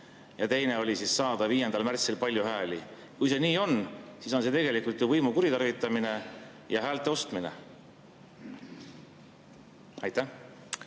ja teine oli saada 5. märtsil palju hääli? Kui see nii on, siis on see tegelikult ju võimu kuritarvitamine ja häälte ostmine. Aitäh!